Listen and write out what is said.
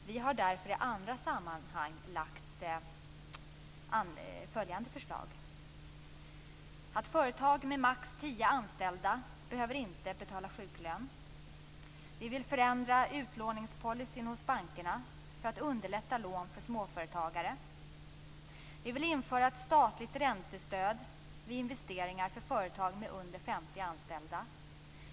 Vi har därför i andra sammanhang lagt fram följande förslag. Företag med max tio anställda behöver inte betala sjuklön. Vi vill förändra utlåningspolicyn hos bankerna för att underlätta lån för småföretagare. Vi vill införa ett statligt räntestöd vid investeringar för företag med mindre än 50 anställda.